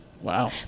Wow